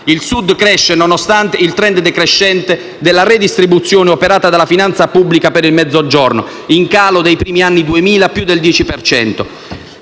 Il Sud cresce nonostante il *trend* decrescente della redistribuzione operata dalla finanza pubblica per il Mezzogiorno, in calo, dai primi anni Duemila, di più del 10